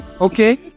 okay